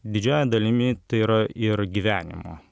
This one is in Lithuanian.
didžiąja dalimi tai yra ir gyvenimo